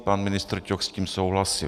Pan ministr Ťok s tím souhlasil.